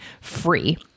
free